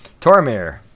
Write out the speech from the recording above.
Tormir